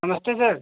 नमस्ते सर